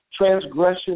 transgression